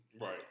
right